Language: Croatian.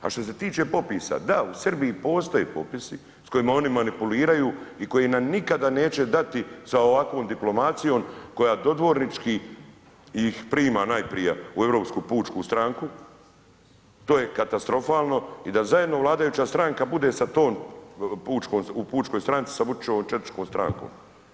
A što se tiče popisa, da u Srbiji postoje popisi s kojima oni manipuliraju i koji nam nikada neće dati sa ovakvom diplomacijom koja dodvornički ih prima najprije u Europsku pučku stranku, to je katastrofalno i da zajedno vladajuća stranka bude sa tom pučkom, u pučkoj stranci sa Vučićevom četničkom strankom.